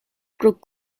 pro